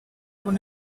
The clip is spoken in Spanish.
con